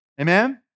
amen